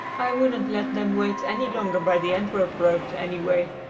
i wouldn't let them wait any longer by the antwerp road, anyway,